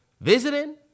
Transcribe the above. Visiting